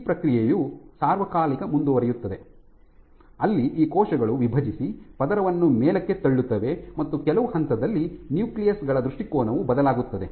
ಈ ಪ್ರಕ್ರಿಯೆಯು ಸಾರ್ವಕಾಲಿಕ ಮುಂದುವರಿಯುತ್ತದೆ ಅಲ್ಲಿ ಈ ಕೋಶಗಳು ವಿಭಜಿಸಿ ಪದರವನ್ನು ಮೇಲಕ್ಕೆ ತಳ್ಳುತ್ತವೆ ಮತ್ತು ಕೆಲವು ಹಂತದಲ್ಲಿ ನ್ಯೂಕ್ಲಿಯಸ್ ಗಳ ದೃಷ್ಟಿಕೋನವು ಬದಲಾಗುತ್ತದೆ